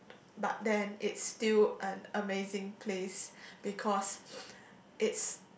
but then it's still an amazing place because it's